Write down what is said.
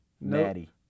Natty